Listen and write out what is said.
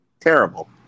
Terrible